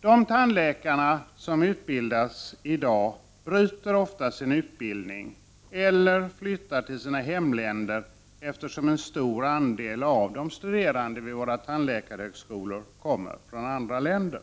De tandläkare som i dag utbildas avbryter ofta sin utbildning eller flyttar till sina hemländer — en stor del av studerande vid våra tandläkarhögskolor kommer från andra länder.